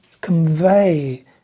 convey